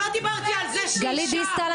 גלית דיסטל,